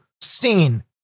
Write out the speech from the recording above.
seen